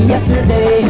Yesterday